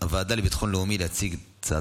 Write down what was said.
מי